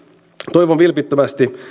toivon vilpittömästi